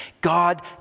God